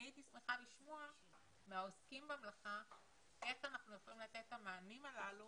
הייתי שמחה לשמוע מהעוסקים במלאכה איך אנחנו יכולים לתת את המענים הללו